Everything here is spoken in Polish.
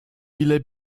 ile